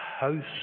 house